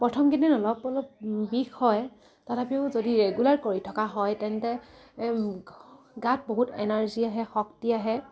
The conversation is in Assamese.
প্ৰথম কিদিন অলপ অলপ বিষ হয় তথাপিও যদি ৰেগুলাৰ কৰি থকা হয় তেন্তে গাত বহুত এনাৰ্জী আহে শক্তি আহে